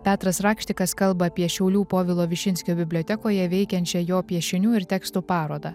petras rakštikas kalba apie šiaulių povilo višinskio bibliotekoje veikiančią jo piešinių ir tekstų parodą